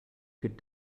could